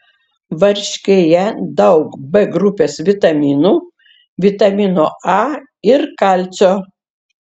varškėje daug b grupės vitaminų vitamino a ir kalcio